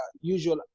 usual